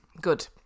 Good